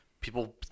people